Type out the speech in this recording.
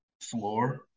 Floor